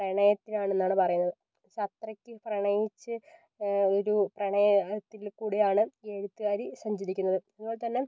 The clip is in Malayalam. പ്രണയത്തിനാണെന്നാണ് പറയുന്നത് സോ അത്രയ്ക്ക് പ്രണയിച്ച് ഒരു പ്രണയത്തിൽ കൂടെയാണ് എഴുത്തുകാരി സഞ്ചരിക്കുന്നത് അതുപോലെ തന്നെ